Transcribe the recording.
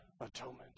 atonement